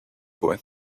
boy